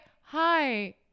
Hi